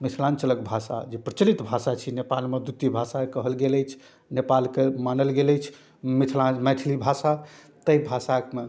मिथिलाञ्चलके भाषा जे प्रचलित भाषा छी नेपालमे द्वितीय भाषा कहल गेल अछि नेपालके मानल गेल अछि मिथिला मैथिली भाषा ताहि भाषामे